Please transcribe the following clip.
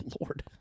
lord